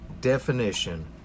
definition